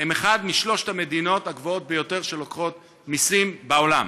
היא אחת משלוש המדינות שלוקחות את המסים הגבוהים בעולם,